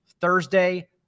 Thursday